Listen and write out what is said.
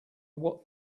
what